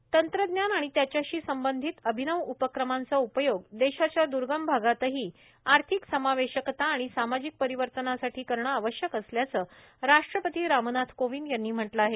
राष्ट्रपती तंत्रज्ञान आणि त्याच्याशी संबंधित अभिनव उपक्रमांचा उपयोग देशाच्या द्र्गम भागातही आर्थिक समावेशकता आणि सामाजिक परिवर्तनासाठी करणं आवश्यक असल्याचं राष्ट्रपती रामनाथ कोविंद यांनी म्हटलं आहे